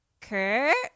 kurt